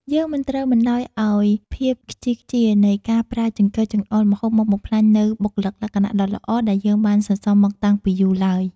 យើងមិនត្រូវបណ្តោយឱ្យភាពខ្ជីខ្ជានៃការប្រើចង្កឹះចង្អុលម្ហូបមកបំផ្លាញនូវបុគ្គលិកលក្ខណៈដ៏ល្អដែលយើងបានសន្សំមកតាំងពីយូរឡើយ។